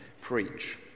preach